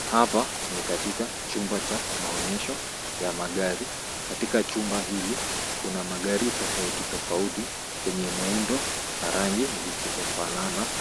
Hapa ni katika chumba cha maonyesho ya magari. Katika chumba hili kuna magari tofauti tofauti yenye muundo na rangi zisizofanana.